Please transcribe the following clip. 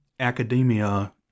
academia